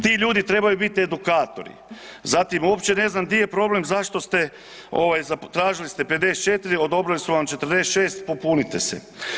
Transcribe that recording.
Ti ljudi trebaju biti edukatori, zatim uopće ne znam di je problem zašto ste tražili ste 54, odobrili su vam 46 popuniti se.